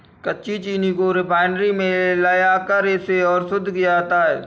कच्ची चीनी को रिफाइनरी में ले जाकर इसे और शुद्ध किया जाता है